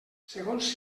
segons